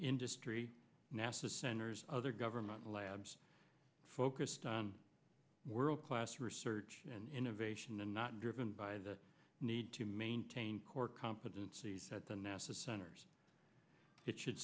industry nasa center's other government labs focused on world class research and innovation and not driven by the need to maintain core competencies at the nasa centers it should